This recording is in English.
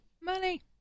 Money